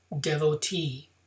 devotee